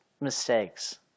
mistakes